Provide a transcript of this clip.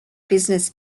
business